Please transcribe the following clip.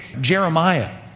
Jeremiah